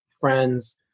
friends